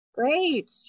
great